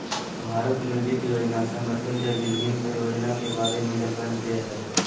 भारत में वित्त योजना संगठन के विभिन्न परियोजना के बारे में जानकारी दे हइ